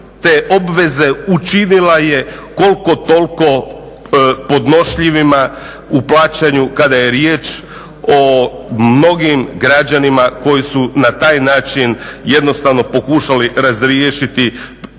te obveze učinila je koliko toliko podnošljivima u plaćanju kada je riječ o mnogim građanima koji su na taj način jednostavno pokušali razriješiti mislim